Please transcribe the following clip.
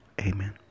Amen